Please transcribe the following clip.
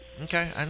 Okay